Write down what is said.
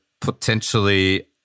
potentially